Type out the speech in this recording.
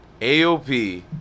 aop